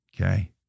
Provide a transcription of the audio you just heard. okay